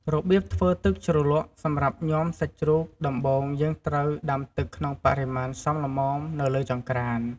របៀបធ្វើទឹកជ្រលក់សម្រាប់ញាំសាច់ជ្រូកដំបូងយើងត្រូវដាំទឺកក្នុងបរិមាណសមល្មមនៅលើចង្ក្រាន។